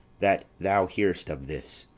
that thou hear'st of this,